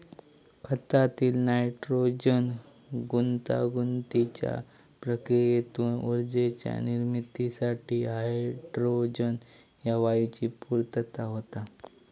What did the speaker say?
खतातील नायट्रोजन गुंतागुंतीच्या प्रक्रियेतून ऊर्जेच्या निर्मितीसाठी हायड्रोजन ह्या वायूची पूर्तता होता